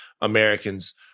Americans